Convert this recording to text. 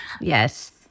Yes